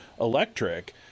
electric